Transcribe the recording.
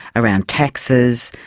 around taxes,